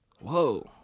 Whoa